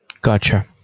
Gotcha